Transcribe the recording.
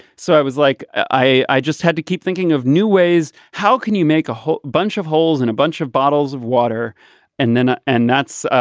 so it was like i i just had to keep thinking of new ways. how can you make a whole bunch of holes in a bunch of bottles of water and then. ah and nuts.